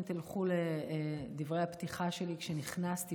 אם תלכו לדברי הפתיחה שלי כשנכנסתי